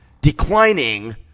declining